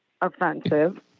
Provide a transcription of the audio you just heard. offensive